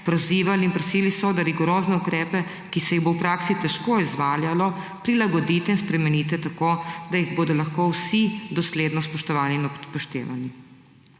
Pozivali in prosili so, da rigorozne ukrepe, ki se jih bo v praksi težko izvajalo, prilagodite in spremenite tako, da jih bodo lahko vsi dosledno spoštovali in upoštevali.